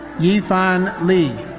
yee-fan lee.